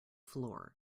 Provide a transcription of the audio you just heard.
floor